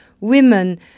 Women